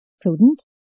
Prudent